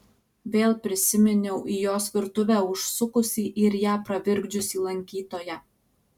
vėl prisiminiau į jos virtuvę užsukusį ir ją pravirkdžiusį lankytoją